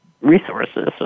resources